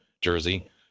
jersey